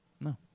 No